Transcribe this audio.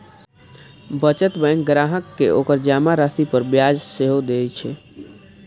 बचत बैंक ग्राहक कें ओकर जमा राशि पर ब्याज सेहो दए छै